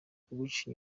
kuguca